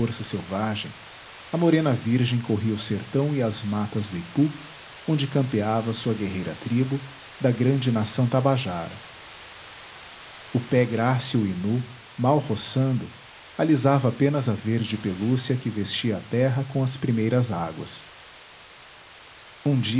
corça selvagem a morena virgem corria o sertão e as matas do ipu onde campeava sua guerreira tribo da grande nação tabajara o pé grácil e nu mal roçando alisava apenas a verde pelúcia que vestia a terra com as primeiras águas um dia